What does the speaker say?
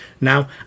now